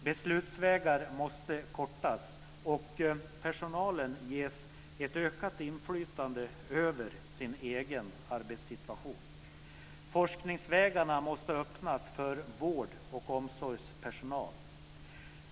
Beslutsvägar måste kortas och personalen ges ett ökat inflytande över sin egen arbetssituation. Forskningsvägarna måste öppnas för vård och omsorgspersonal.